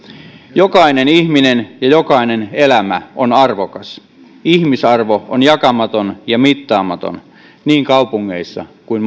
jokainen ihminen ja jokainen elämä on arvokas ihmisarvo on jakamaton ja mittaamaton niin kaupungeissa kuin